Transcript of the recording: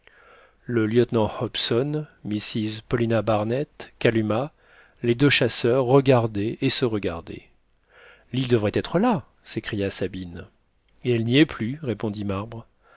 le lieutenant hobson mrs paulina barnett kalumah les deux chasseurs regardaient et se regardaient l'île devrait être là s'écria sabine et elle n'y est plus répondit marbre